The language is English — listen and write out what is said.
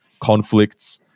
conflicts